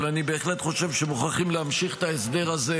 אבל אני בהחלט חושב שמוכרחים להמשיך את ההסדר הזה.